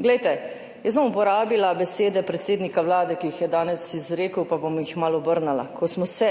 rečeno. Jaz bom uporabila besede predsednika Vlade, ki jih je danes izrekel, pa jih bom malo obrnila. Ko smo se